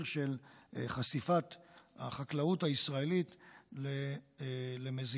של חשיפת החקלאות הישראלית למזיקים,